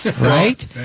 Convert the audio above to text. right